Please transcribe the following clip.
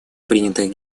принятых